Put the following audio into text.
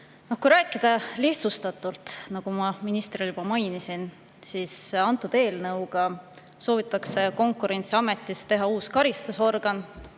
Kui rääkida lihtsustatult, siis nagu ma ministrile juba mainisin, selle eelnõuga soovitakse Konkurentsiametist teha uus karistusorgan